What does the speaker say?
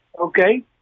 okay